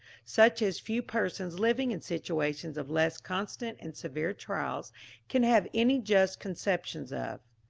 such as few persons living in situations of less constant and severe trials can have any just conceptions of.